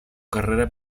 carrera